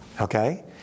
okay